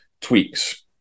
tweaks